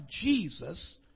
Jesus